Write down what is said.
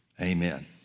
amen